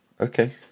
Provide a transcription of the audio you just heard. Okay